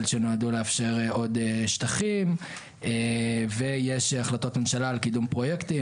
שנועדו לאפשר עוד שטחים ויש החלטות ממשלה על קידום פרויקטים